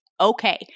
okay